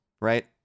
right